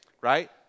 Right